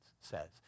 says